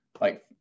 like-